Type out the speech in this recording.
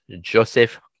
Joseph